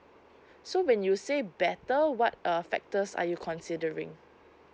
so when you say better what err factors are you considering